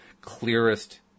clearest